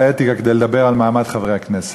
האתיקה כדי לדבר על מעמד חברי הכנסת.